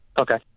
Okay